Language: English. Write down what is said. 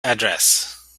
address